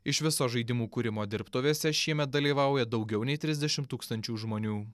iš viso žaidimų kūrimo dirbtuvėse šiemet dalyvauja daugiau nei trisdešim tūkstančių žmonių